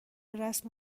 رسم